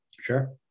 Sure